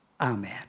Amen